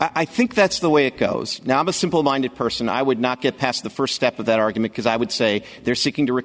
i think that's the way it goes now i'm a simple minded person i would not get past the first step of that argument is i would say they're seeking to